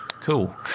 Cool